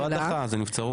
זה לא הדחה זה נבצרות.